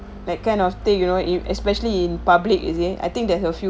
that kind of thing you know if especially in public you see I think that is a few